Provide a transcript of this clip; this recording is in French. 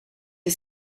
est